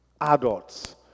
adults